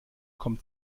kommt